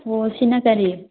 ꯑꯣ ꯁꯤꯅ ꯀꯔꯤ